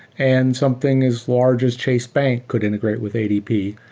and something as large as chase bank could integrate with adp.